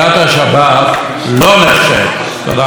תודה רבה לחבר הכנסת מנחם אליעזר מוזס.